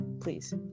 please